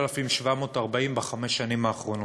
3,740 בחמש השנים האחרונות,